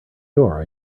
door